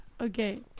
okay